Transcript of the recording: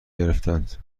گرفتند